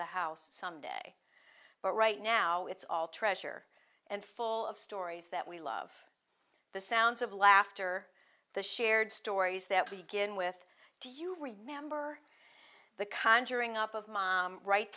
the house someday but right now it's all treasure and full of stories that we love the sounds of laughter the shared stories that we begin with do you remember the conjuring up of my right